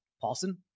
Paulson